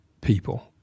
people